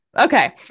okay